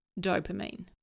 dopamine